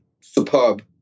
superb